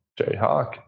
Jayhawk